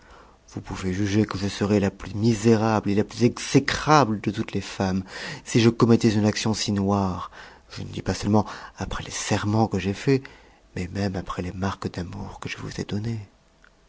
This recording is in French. vous pouvez juger que je serais la plus misérable et la plus exécrable de toutes les femmes s je commettais une action si noire je ne dis pas seulement après les serments que j'ai faits mais même après les marques d'amour que je vous ai données